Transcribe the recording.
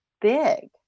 big